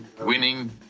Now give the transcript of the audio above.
winning